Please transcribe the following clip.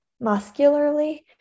muscularly